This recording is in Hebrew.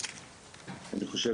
חושב